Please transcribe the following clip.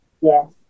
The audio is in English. Yes